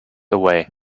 away